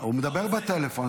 הוא מדבר בטלפון,